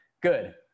good